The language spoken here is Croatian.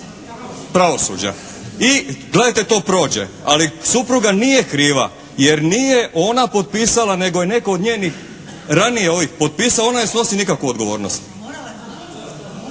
pravosuđa. I gledajte, to prođe. Ali supruga nije kriva jer nije ona potpisala nego je netko od njenih ranije ovih potpisala. Ona ne snosi nikakvu odgovornost.